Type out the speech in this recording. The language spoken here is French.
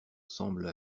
semble